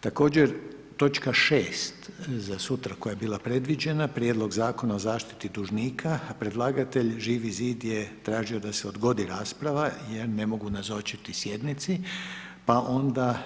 Također točke 6. za sutra koja je bila predviđena Prijedlog zakona o zaštiti dužnika a predlagatelj Živi zid je tražio da se odgodi rasprava jer ne mogu nazočiti sjednici pa onda